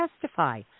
testify